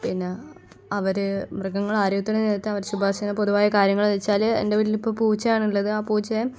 പിന്നെ അവർ മൃഗങ്ങളെ ആരോഗ്യത്തോടെ നിലനിർത്താൻ അവർ ശുപാർശ ചെയ്യുന്ന പൊതുവായ കാര്യങ്ങളെന്ന് വെച്ചാൽ എൻ്റെ വീട്ടിലിപ്പോൾ പൂച്ചയാണുള്ളത് ആ പൂച്ചയെ